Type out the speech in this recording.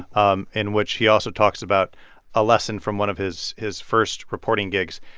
um in which he also talks about a lesson from one of his his first reporting gigs,